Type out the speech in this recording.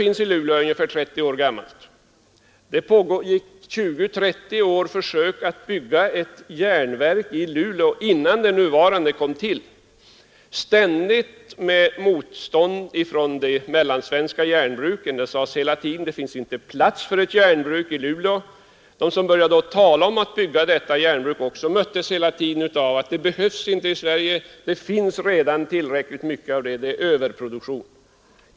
Innan det nuvarande järnverket kom till pågick i 20—30 år försök att bygga ett järnverk i Luleå, ständigt under motstånd från de mellansvenska järnbruken. Det sades hela tiden att det inte fanns plats för ett järnbruk i Luleå. De som talade om att bygga detta järnverk möttes hela tiden av påståendet att det inte behövdes något nytt järnverk i Sverige och att det redan rådde överproduktion.